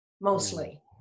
mostly